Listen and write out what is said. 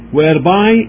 whereby